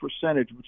percentage